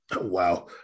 Wow